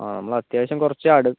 ആ നമ്മൾ അത്യാവശ്യം കുറച്ച്